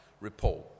report